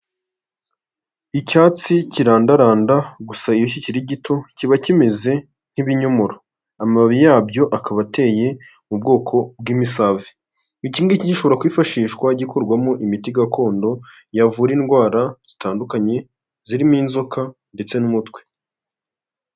Icyatsi kirandaranda, gusa iyo kikiri gito kiba kimeze nk'ibinyomoro, amababi yabyo akaba ateye mu bwoko bw'imisave, iki ngiki gishobora kwifashishwa gikorwamo imiti gakondo yavura indwara zitandukanye zirimo inzoka ndetse n'umutwe.